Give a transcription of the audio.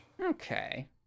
Okay